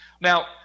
Now